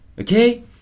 okay